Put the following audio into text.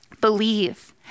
believe